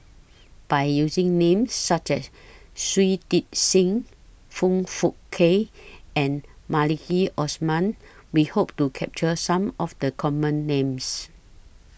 By using Names such as Shui Tit Sing Foong Fook Kay and Maliki Osman We Hope to capture Some of The Common Names